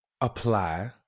apply